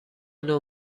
نوع